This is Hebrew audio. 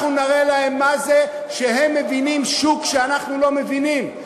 אנחנו נראה להם מה זה שהם מבינים שוק שאנחנו לא מבינים,